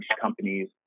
companies